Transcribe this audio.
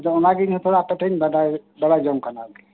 ᱟᱫᱚ ᱚᱱᱟᱜᱮ ᱛᱷᱚᱲᱟ ᱤᱧ ᱦᱚᱸ ᱟᱯᱮᱴᱷᱮᱡ ᱠᱷᱚᱡ ᱤᱧ ᱵᱟᱰᱟᱭ ᱵᱟᱲᱟᱭ ᱡᱚᱝ ᱠᱟᱱᱟ ᱟᱨ ᱠᱤ